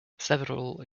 several